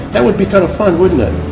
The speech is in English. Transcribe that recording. that would be kind of fun wouldn't it?